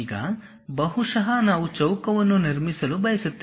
ಈಗ ಬಹುಶಃ ನಾವು ಚೌಕವನ್ನು ನಿರ್ಮಿಸಲು ಬಯಸುತ್ತೇವೆ